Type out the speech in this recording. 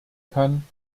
kann